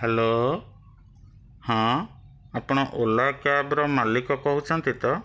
hello ହଁ ଆପଣ ଓଲା କ୍ୟାବର ମାଲିକ କହୁଛନ୍ତି ତ